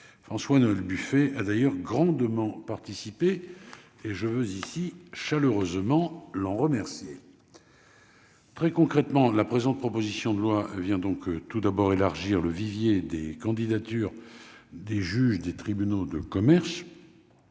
François-Noël Buffet a d'ailleurs grandement participé et je veux ici chaleureusement l'en remercier. Très concrètement, la présente proposition de loi vient donc tout d'abord élargir le vivier des candidatures des juges des tribunaux de commerce.